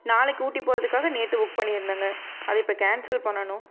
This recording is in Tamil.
நாளைக்கு ஊட்டி போகிறதுக்காக நேற்று புக் பண்ணிருந்தாங்கள் அது இப்போ கேன்சல் பண்ணணும்